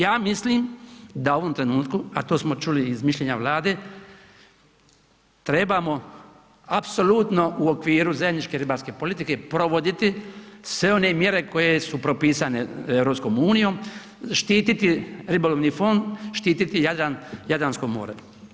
Ja mislim da u ovom trenutku, a to smo čuli iz mišljenja Vlade, trebamo apsolutno u okviru zemljiške ribarske politike provoditi sve one mjere koje su propisane EU, štiti ribolovni fond, štititi Jadran i Jadransko more.